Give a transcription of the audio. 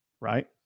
Right